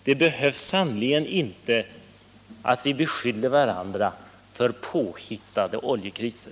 Några beskyllningar om påhittade oljekriser behövs sannerligen inte.